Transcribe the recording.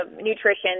nutrition